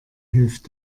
hilft